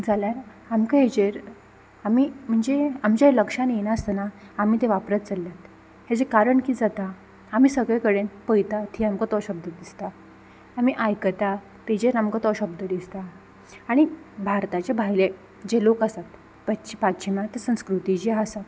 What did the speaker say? जाल्यार आमकां हाजेर आमी म्हणजे आमच्या लक्षान येयनासतना आमी तें वापरत चलल्यांत हाजे कारण किद जाता आमी सगळे कडेन पळयता ती आमकां तो शब्द दिसता आमी आयकता तेजेर आमकां तो शब्द दिसता आनी भारताचे भायले जे लोक आसात पश्चीम पाश्चिमांत संस्कृती जी आसा